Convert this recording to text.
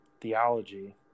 theology